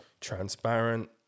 transparent